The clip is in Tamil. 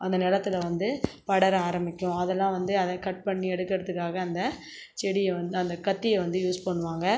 அந்த நிலத்துல வந்து படர ஆரம்மிக்கும் அதெல்லாம் வந்து அதை கட் பண்ணி எடுக்கிறதுக்காக அந்த செடியை வந் அந்த கத்தியை வந்து யூஸ் பண்ணுவாங்க